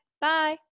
Bye